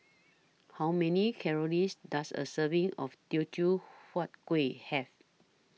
How Many Calories Does A Serving of Teochew Huat Kuih Have